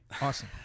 Awesome